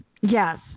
Yes